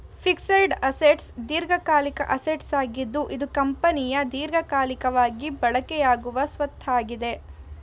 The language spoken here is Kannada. ಫಿಕ್ಸೆಡ್ ಅಸೆಟ್ಸ್ ದೀರ್ಘಕಾಲಿಕ ಅಸೆಟ್ಸ್ ಆಗಿದ್ದು ಇದು ಕಂಪನಿಯ ದೀರ್ಘಕಾಲಿಕವಾಗಿ ಬಳಕೆಯಾಗುವ ಸ್ವತ್ತಾಗಿದೆ